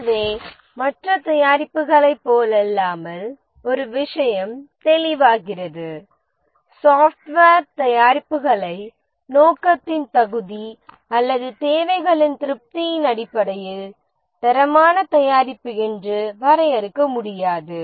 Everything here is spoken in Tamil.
எனவே மற்ற தயாரிப்புகளைப் போலல்லாமல் ஒரு விஷயம் தெளிவாகிறது சாஃப்ட்வேர் தயாரிப்புகளை நோக்கத்தின் தகுதி அல்லது தேவைகளின் திருப்தியின் அடிப்படையில் தரமான தயாரிப்பு என்று வரையறுக்க முடியாது